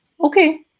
okay